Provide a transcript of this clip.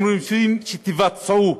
הם רוצים שתבצעו,